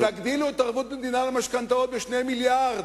תגדילו את ערבות מדינה למשכנתאות ב-2 מיליארדים,